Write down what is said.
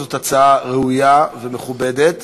זאת הצעה ראויה ומכובדת,